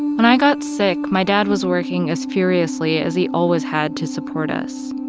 when i got sick, my dad was working as furiously as he always had to support us.